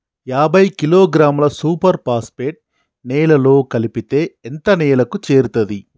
యాభై కిలోగ్రాముల superphosphate నేలలో కలిపితే ఎంత నేలకు చేరుతది?